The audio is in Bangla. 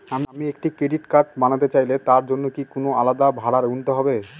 আমি একটি ক্রেডিট কার্ড বানাতে চাইলে তার জন্য কি কোনো আলাদা ভাড়া গুনতে হবে?